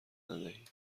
ندهی